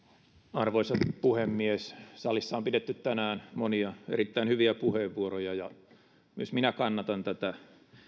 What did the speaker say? arvoisa puhemies salissa on pidetty tänään monia erittäin hyviä puheenvuoroja ja myös minä